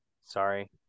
Sorry